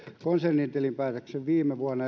konsernin tilinpäätöksen viime vuonna